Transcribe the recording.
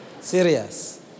Serious